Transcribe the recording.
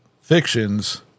fictions